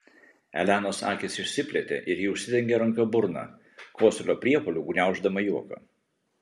elenos akys išsiplėtė ir ji užsidengė ranka burną kosulio priepuoliu gniauždama juoką